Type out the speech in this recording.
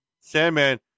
Sandman